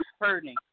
hurting